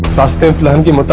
must've